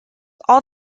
all